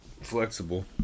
flexible